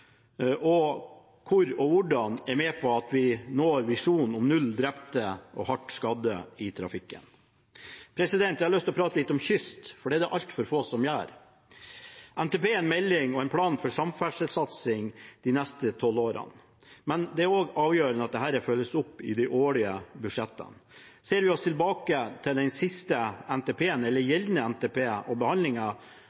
visjonen om null drepte og hardt skadde i trafikken. Jeg har lyst til å prate litt om kyst, for det er det altfor få som gjør. NTP er en melding og en plan for samferdselssatsing de neste tolv årene, men det er også avgjørende at dette følges opp i de årlige budsjettene. Ser vi tilbake på den siste NTP-en eller